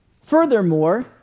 Furthermore